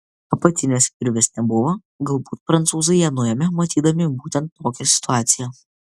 apatinės virvės nebuvo galbūt prancūzai ją nuėmė numatydami būtent tokią situaciją